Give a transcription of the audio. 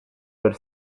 per